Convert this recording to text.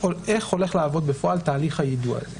הולך לעבוד בפועל תהליך היידוע הזה.